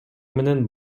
менен